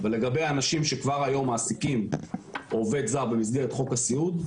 ולגבי אנשים שכבר היום מעסיקים עובד זר במסגרת חוק הסיעוד,